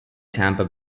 tampa